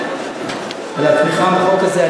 על התמיכה בחוק הזה.